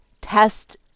test